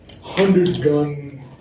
hundred-gun